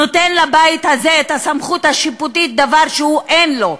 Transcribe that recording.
נותן לבית הזה את הסמכות השיפוטית, דבר שאין לו.